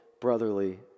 brotherly